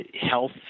health